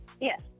Yes